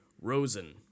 Rosen